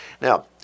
Now